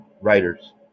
writers